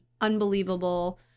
unbelievable